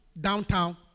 downtown